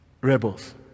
rebels